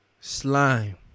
Slime